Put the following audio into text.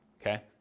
okay